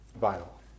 vital